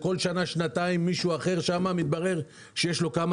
בכל שנה שנתיים מישהו אחר מגיע לשם ומתברר שיש לו כמה